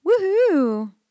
Woohoo